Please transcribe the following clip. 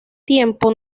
tiempo